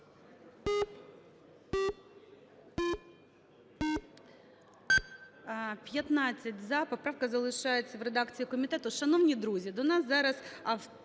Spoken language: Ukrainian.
За-15 Поправка залишається в редакції комітету.